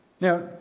Now